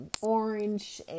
Orange